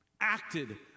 acted